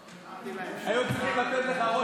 אדוני, כנסת נכבדה,